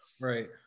right